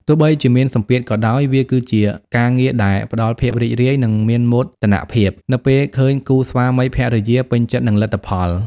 ទោះបីជាមានសម្ពាធក៏ដោយ វាគឺជាការងារដែល ផ្ដល់ភាពរីករាយ និងមានមោទនភាព នៅពេលឃើញគូស្វាមីភរិយាពេញចិត្តនឹងលទ្ធផល។